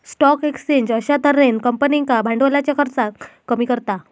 stock exchange अश्या तर्हेन कंपनींका भांडवलाच्या खर्चाक कमी करता